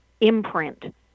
imprint